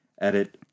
Edit